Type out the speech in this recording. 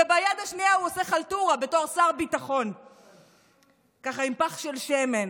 וביד השנייה הוא עושה חלטורה בתור שר ביטחון עם פח של שמן.